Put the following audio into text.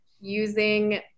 using